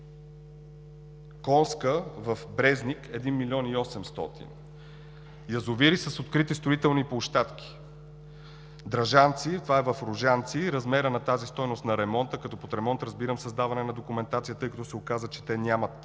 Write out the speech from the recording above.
„Конска“ в Брезник – 1 млн. 800 хил. лв. Язовири с открити строителни площадки: „Дражинци“, това е в Ружинци, размерът на тази стойност на ремонта – като под ремонт разбирам създаване на документация, тъй като се оказа, че те нямат